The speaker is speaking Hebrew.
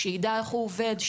שיידע איך הוא עובד,